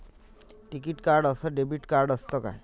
टिकीत कार्ड अस debit card काय असत?